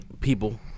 people